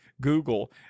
Google